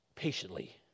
Patiently